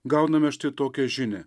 gauname štai tokią žinią